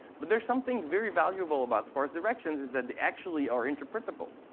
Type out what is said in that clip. but there's something very valuable about sparse directions, is that they actually are interpretable.